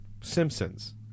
Simpsons